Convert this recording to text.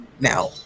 now